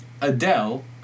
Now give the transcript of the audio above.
Adele